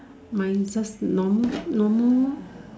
mine just normal normal lor